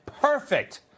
Perfect